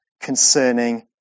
concerning